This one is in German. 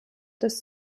des